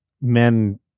men